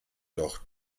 doch